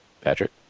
Patrick